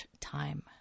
time